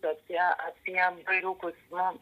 apie apie bariukus nu